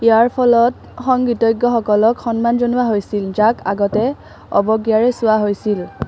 ইয়াৰ ফলত সংগীতজ্ঞসকলক সন্মান জনোৱা হৈছিল যাক আগতে অৱজ্ঞাৰে চোৱা হৈছিল